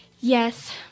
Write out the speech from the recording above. Yes